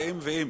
ואם ואם,